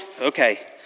Okay